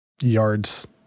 yards